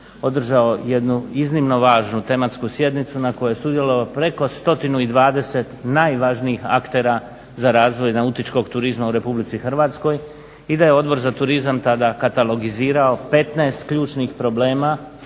održao jednu iznimno važnu tematsku sjednicu na kojoj je sudjelovalo preko 120 najvažnijih aktera za razvoj nautičkog turizma u RH i da je Odbor za turizam tada katalogizirao 15 ključnih problema